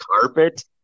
carpet